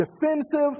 defensive